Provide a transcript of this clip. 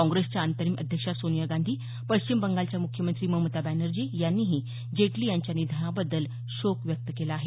काँग्रेसच्या अंतरिम अध्यक्षा सोनिया गांधी पश्चिम बंगालच्या मुख्यमंत्री ममता बॅनर्जी यांनीही जेटली यांच्या निधनाबद्दल शोक व्यक्त केला आहे